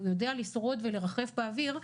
הוא יודע לשרוד ולרחף באוויר,